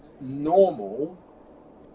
normal